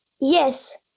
Yes